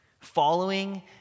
Following